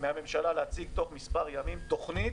מהממשלה להציג תוך מספר ימים תוכנית,